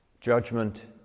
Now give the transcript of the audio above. Judgment